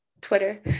twitter